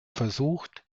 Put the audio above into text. versucht